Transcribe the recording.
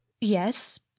yes